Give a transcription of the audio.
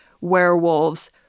werewolves